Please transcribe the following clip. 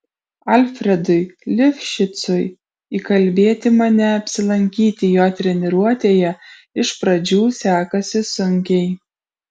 alfredui lifšicui įkalbėti mane apsilankyti jo treniruotėje iš pradžių sekasi sunkiai